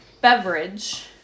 beverage